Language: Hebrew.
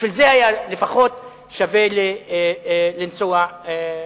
בשביל זה לפחות היה שווה לנסוע לשם.